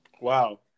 Wow